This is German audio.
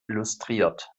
illustriert